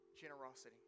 generosity